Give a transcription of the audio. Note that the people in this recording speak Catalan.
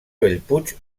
bellpuig